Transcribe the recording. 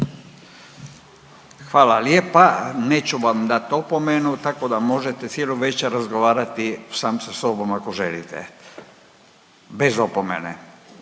Hvala lijepa, neću vam dat opomenu tako da možete cijelu večer razgovarati sami sa sobom ako želite, bez opomene.